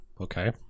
okay